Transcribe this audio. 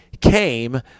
came